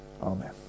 Amen